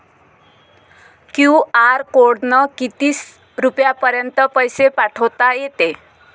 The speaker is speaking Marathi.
क्यू.आर कोडनं किती रुपयापर्यंत पैसे पाठोता येते?